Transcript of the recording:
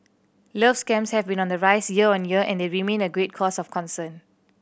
love scams have been on the rise year on year and they remain a great cause of concern